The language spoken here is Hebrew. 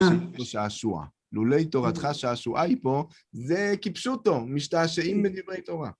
שעשוע, "לולי תורתך שעשועי פה" זה כפשוטו, משתעשעים מדברי תורה.